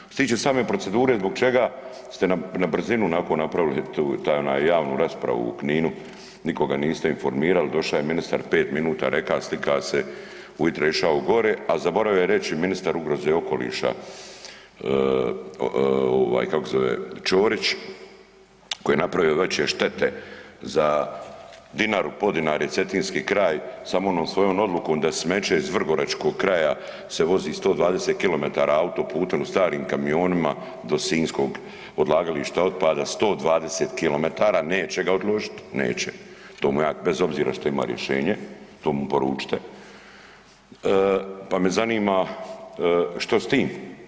Što se tiče same procedure zbog čega ste nam na brzinu onako napravili tu, taj ona javnu raspravu u Kninu, nikoga niste informirali, doša je ministar 5 minuta, reka, slika se, ujutra je išao gore, a zaboravio je reć ministar ugroze i okoliša ovaj kako se zove, Ćorić koji je napravio veće štete za Dinaru, Podinarje, Cetinski kraj, samo onom svojom odlukom da smeće iz vrgoračkog kraja se vozi 120 kilometara autoputem u starim kamionima do sinjskog odlagališta otpada 120 kilometara, neće ga odložit, neće, to mu ja bez obzira što ima rješenje, to mu poručite, pa me zanima što s tim?